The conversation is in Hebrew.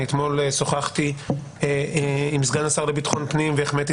אתמול שוחחתי עם סגן השר לביטחון פנים והחמאתי